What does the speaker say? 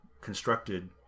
constructed